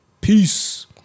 Peace